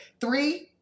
Three